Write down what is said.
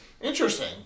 Interesting